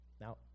Now